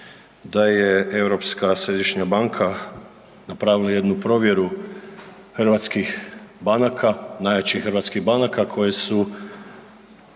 da je Europska središnja banka napravila jednu provjeru hrvatskih banaka, najjačih hrvatskih banka koje su